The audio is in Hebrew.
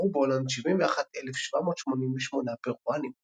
התגוררו בהולנד 71,788 פרואנים.